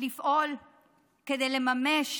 לפעול כדי לממש